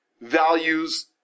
values